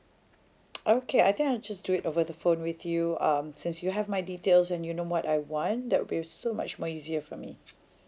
okay I think I'll just do it over the phone with you um since you have my details and you know what I want that'll be so much more easier for me